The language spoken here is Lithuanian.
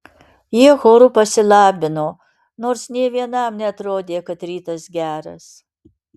jie choru pasilabino nors nė vienam neatrodė kad rytas geras